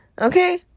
Okay